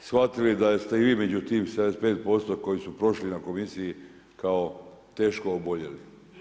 shvatili da ste i vi među tim 75% koji su prošli na komisiji kao teško oboljeli.